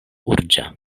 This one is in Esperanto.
urĝa